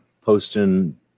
posting